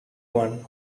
one